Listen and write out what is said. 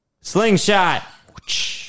Slingshot